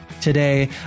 today